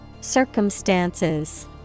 Circumstances